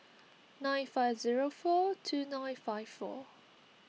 nine five zero four two nine five four